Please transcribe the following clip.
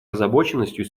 озабоченностью